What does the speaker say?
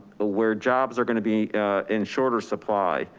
where jobs are going to be in shorter supply.